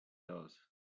does